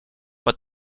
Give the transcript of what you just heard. but